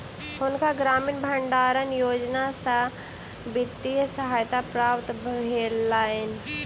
हुनका ग्रामीण भण्डारण योजना सॅ वित्तीय सहायता प्राप्त भेलैन